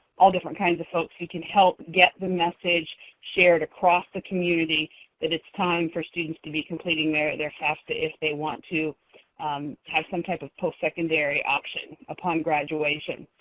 all different kinds of folks who can help get the message shared across the community that it's time for students to be completing their their fafsa if they want to have some type of postsecondary option upon graduation.